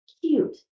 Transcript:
Cute